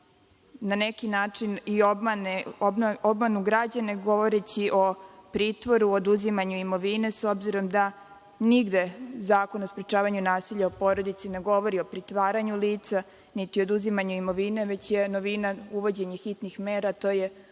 na neki način i obmanu građane govoreći o pritvoru, oduzimanju imovine, s obzirom da nigde Zakon o sprečavanju nasilja u porodici ne govori o pritvaranju lica, niti oduzimanju imovine, već je novina uvođenje hitnih mera, to udaljenje